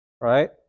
right